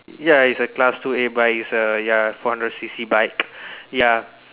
ya it's a class two a but it's a ya four hundred C C bike ya